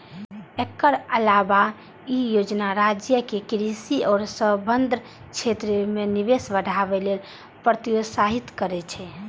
एकर अलावे ई योजना राज्य कें कृषि आ संबद्ध क्षेत्र मे निवेश बढ़ावे लेल प्रोत्साहित करै छै